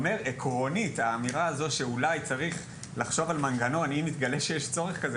עקרונית האמירה הזו שאולי צריך לחשוב על מנגנון אם יתגלה שיש צורך כזה,